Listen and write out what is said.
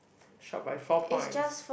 short by four points